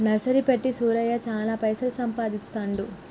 nursery పెట్టి సూరయ్య చాల పైసలు సంపాదిస్తాండు